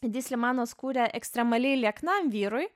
edi slimanas kūrė ekstremaliai lieknam vyrui